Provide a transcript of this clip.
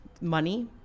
money